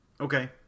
Okay